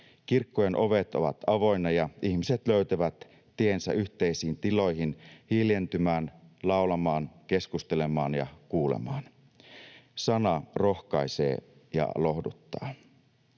kirkkojen ovet ovat avoinna ja ihmiset löytävät tiensä yhteisiin tiloihin hiljentymään, laulamaan, keskustelemaan ja kuulemaan. Sana rohkaisee ja lohduttaa.